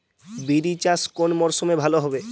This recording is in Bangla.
বিরি চাষ কোন মরশুমে ভালো হবে?